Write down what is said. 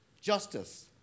justice